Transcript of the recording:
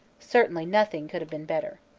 certainly nothing could have been better.